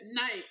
night